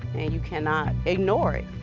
and you cannot ignore it.